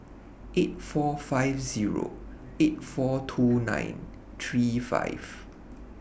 eight four five Zero eight four two nine three five